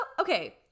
okay